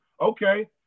okay